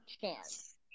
chance